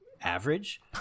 average